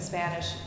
Spanish